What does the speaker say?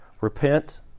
Repent